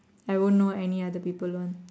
I won't know any other people one